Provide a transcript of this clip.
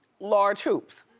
large hoops.